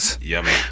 Yummy